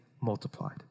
multiplied